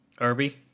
Irby